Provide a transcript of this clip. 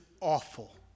awful